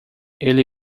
ele